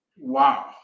Wow